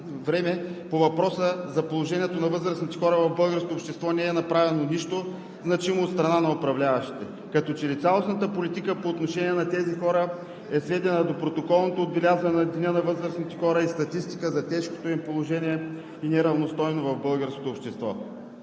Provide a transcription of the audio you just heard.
по въпроса за положението на възрастните хора в българското общество не е направено нищо значимо от страна на управляващите. Като че ли цялостната политика по отношение на тези хора е сведена до протоколното отбелязване на Деня на възрастните хора и статистика за тежкото им и неравностойно положение в българското общество.